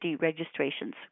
registrations